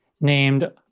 named